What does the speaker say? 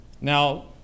Now